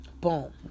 boom